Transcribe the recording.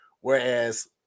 whereas